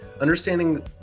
Understanding